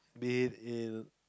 be it in